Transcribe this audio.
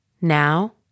Now